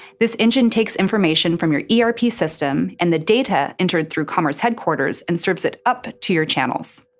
this engine takes information from your erp system and the data entered through commerce headquarters and serves it up to your channels.